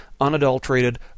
unadulterated